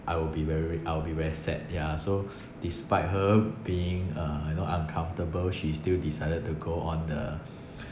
I will be very very I'll be very sad ya so despite her being uh you know uncomfortable she still decided to go on the